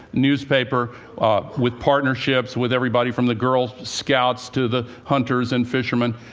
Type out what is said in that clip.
newspaper with partnerships with everybody from the girl scouts to the hunters and fishermen.